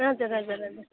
हजुर हजुर हजुर